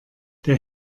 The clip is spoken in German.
der